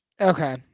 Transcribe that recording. Okay